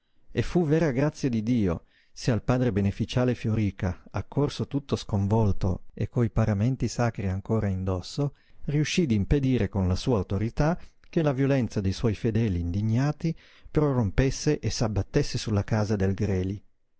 e fu vera grazia di dio se al padre beneficiale fioríca accorso tutto sconvolto e coi paramenti sacri ancora in dosso riuscí d'impedire con la sua autorità che la violenza dei suoi fedeli indignati prorompesse e s'abbattesse sulla casa del greli